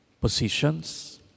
positions